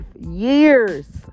years